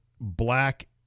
Black